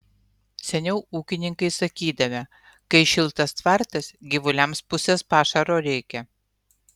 seniau ūkininkai sakydavę kai šiltas tvartas gyvuliams pusės pašaro reikia